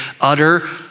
utter